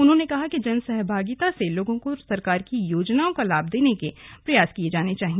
उन्होंने कहा कि जनसहभागिता से पात्र लोगों को सरकार की योजनाओं का लाभ देने के प्रयास किए जाने चाहिए